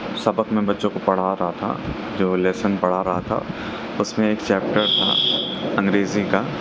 سبق میں بچوں کو پڑھا رہا تھا جو لیسن پڑھا رہا تھا اس میں ایک چیپٹر تھا انگریزی کا